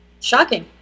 shocking